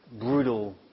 brutal